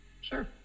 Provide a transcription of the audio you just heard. Sure